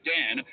Dan